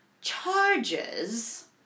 charges